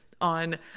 on